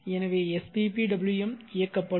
எனவே sppwm இயக்கப்படும்